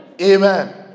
Amen